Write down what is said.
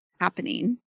happening